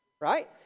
right